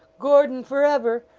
gordon forever!